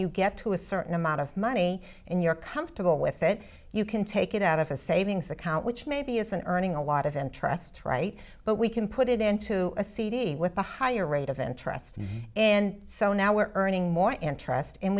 you get to a certain amount of money and you're comfortable with it you can take it out of a savings account which maybe is and earning a lot of interest right but we can put it into a cd with a higher rate of interest and so now we're earning more interest